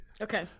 Okay